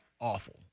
awful